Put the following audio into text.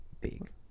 big